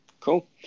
Cool